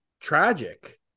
tragic